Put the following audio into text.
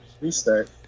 Restart